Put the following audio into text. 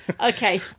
Okay